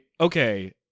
okay